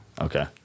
Okay